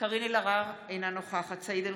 קארין אלהרר, אינה נוכחת סעיד אלחרומי,